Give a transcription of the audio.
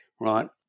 right